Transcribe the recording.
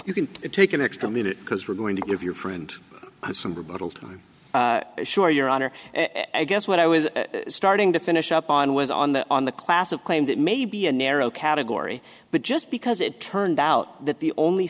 you can take an extra minute because we're going to give your friend some rebuttal time sure your honor i guess what i was starting to finish up on was on the on the class of claims it may be a narrow category but just because it turned out that the only